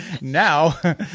now